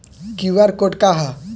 QR code का ह?